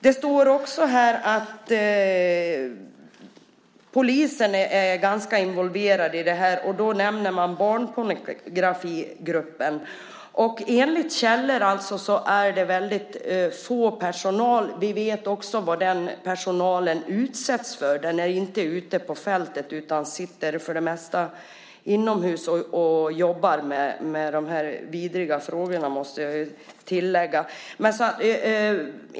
Det står också att polisen är ganska involverad i det här, och då nämner man barnpornografigruppen. Enligt källor är det väldigt få personal. Vi vet också vad den personalen utsätts för. Den är inte ute på fältet, utan sitter för det mesta inomhus och jobbar - med de här vidriga frågorna, måste jag tillägga.